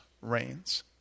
reigns